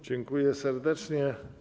Dziękuję serdecznie.